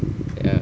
ya